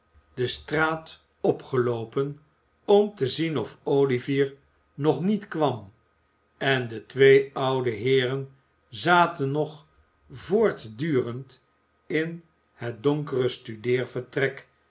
de straat opgeloopen om te zien of olivier nog niet kwam en de twee oude heeren zaten nog voortdurend in het